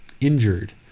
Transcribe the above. injured